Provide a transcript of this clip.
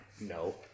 No